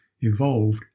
evolved